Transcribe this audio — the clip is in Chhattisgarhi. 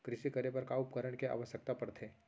कृषि करे बर का का उपकरण के आवश्यकता परथे?